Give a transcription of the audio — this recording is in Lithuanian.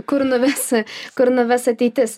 kur nuves kur nuves ateitis